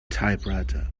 typewriter